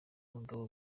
mugabo